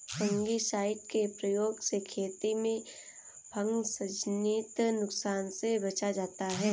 fungicide के प्रयोग से खेती में फँगसजनित नुकसान से बचा जाता है